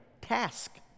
task